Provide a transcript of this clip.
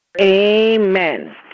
Amen